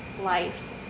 life